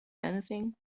anything